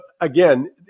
again